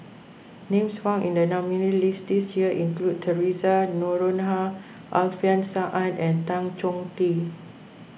names found in the nominees' list this year include theresa Noronha Alfian Sa'At and Tan Chong Tee